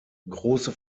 große